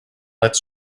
lets